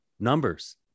Numbers